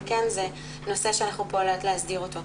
אבל זה נושא שאנחנו פועלות להסדיר אותו.